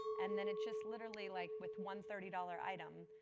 and then it just literally, like with one thirty dollars item,